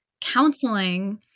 counseling